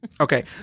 Okay